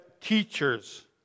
teachers